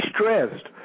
stressed